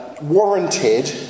warranted